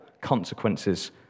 consequences